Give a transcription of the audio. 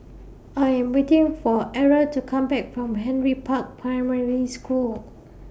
I Am waiting For Arra to Come Back from Henry Park Primary School